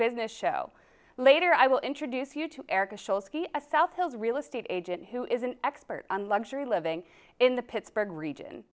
business show later i will introduce you to a south hills real estate agent who is an expert on luxury living in the pittsburgh region